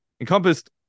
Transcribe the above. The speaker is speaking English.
encompassed